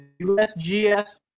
USGS